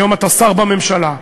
היום אתה שר בממשלה: